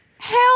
Hell